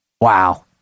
Wow